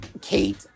Kate